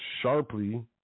sharply